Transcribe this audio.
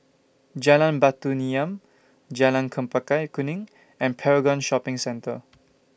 Jalan Batu Nilam Jalan Chempaka Kuning and Paragon Shopping Centre